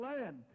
land